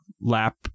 lap